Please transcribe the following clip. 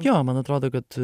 jo man atrodo kad